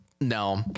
no